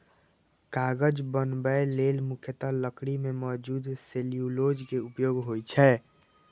कागज बनबै लेल मुख्यतः लकड़ी मे मौजूद सेलुलोज के उपयोग होइ छै